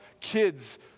kids